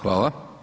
Hvala.